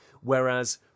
whereas